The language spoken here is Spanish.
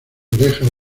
orejas